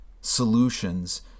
solutions